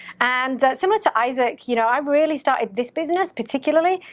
and similar to isaac, you know i really started this business, particularly,